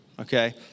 Okay